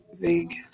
Vague